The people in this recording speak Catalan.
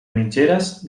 mitgeres